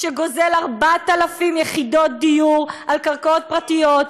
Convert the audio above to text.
שגוזל 4,000 יחידות דיור על קרקעות פרטיות,